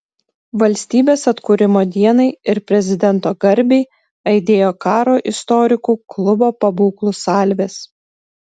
valstybės atkūrimo dienai ir prezidento garbei aidėjo karo istorikų klubo pabūklų salvės